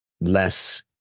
less